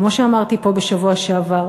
כמו שאמרתי פה בשבוע שעבר,